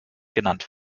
genannt